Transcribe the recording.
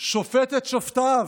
שופט את שופטיו.